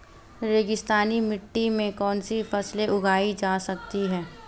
रेगिस्तानी मिट्टी में कौनसी फसलें उगाई जा सकती हैं?